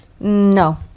No